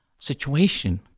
situation